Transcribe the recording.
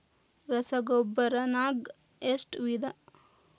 ರಸಗೊಬ್ಬರ ನಾಗ್ ಎಷ್ಟು ವಿಧ?